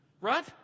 Right